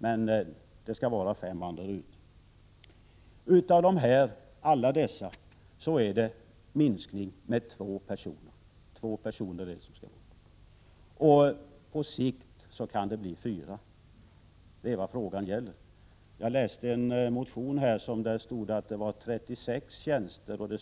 Av alla dessa gäller det en minskning med två personer — det är två personer som skall tas bort från Landsort. På sikt kan det bli fyra. Det är vad frågan gäller. Jag har läst en motion där det stod att det var fråga om 36 tjänster och att det bara